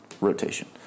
rotation